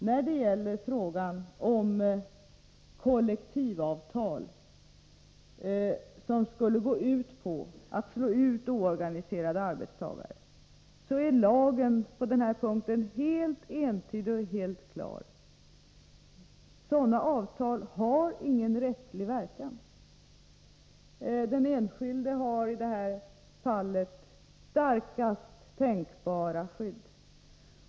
När det gäller frågan om kollektivavtal som skulle gå ut på att slå ut oorganiserade arbetstagare, är lagen på den här punkten helt entydig och helt klar: Sådana avtal har ingen rättslig verkan. Den enskilde har i det här fallet starkaste tänkbara skydd.